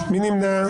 מי נמנע?